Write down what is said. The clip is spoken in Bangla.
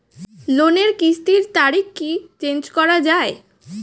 লোনের কিস্তির তারিখ কি চেঞ্জ করা যায়?